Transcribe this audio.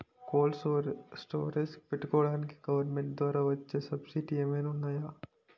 Cold storage పెట్టుకోడానికి government ద్వారా వచ్చే సబ్సిడీ ఏమైనా ఉన్నాయా?